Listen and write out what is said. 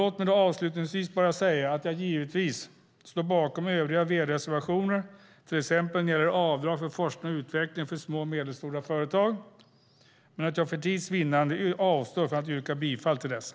Låt mig avslutningsvis bara säga att jag givetvis står bakom övriga V-reservationer, till exempel när det gäller avdrag för forskning och utveckling för små och medelstora företag, men att jag för tids vinnande avstår från att yrka bifall till dessa.